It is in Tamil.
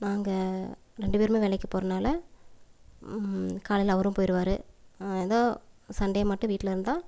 நாங்கள் ரெண்டு பேருமே வேலைக்கு போகிறதுனால காலையில் அவரும் போயிடுவாரு ஏதோ சண்டே மட்டும் வீட்டில் இருந்தால்